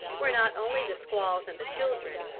where not only the squaws and the children,